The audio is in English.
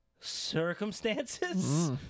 circumstances